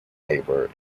labor